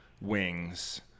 wings